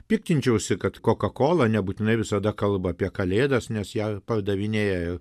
piktinčiausi kad koka kola nebūtinai visada kalba apie kalėdas nes ją pardavinėja